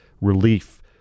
relief